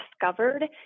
discovered